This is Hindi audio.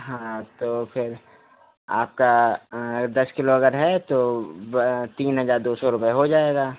हाँ तो फिर आपका दस किलो अगर है तो तीन हज़ार दो सौ रुपये हो जाएगा